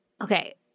Okay